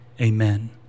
amen